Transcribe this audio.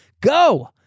go